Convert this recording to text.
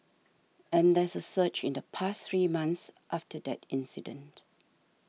and there's a surge in the past three months after that incident